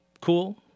cool